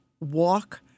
walk